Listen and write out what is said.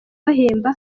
bahemba